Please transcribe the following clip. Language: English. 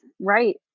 Right